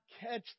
catch